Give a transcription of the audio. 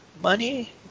Money